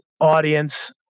audience